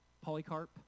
Polycarp